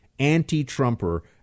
anti-Trumper